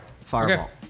Fireball